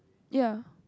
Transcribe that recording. ya